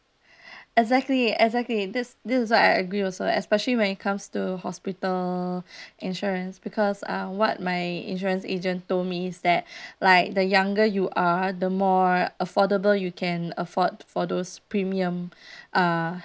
exactly exactly this this is what I agree also especially when it comes to hospital insurance because uh what my insurance agent told me is that like the younger you are the more affordable you can afford for those premium uh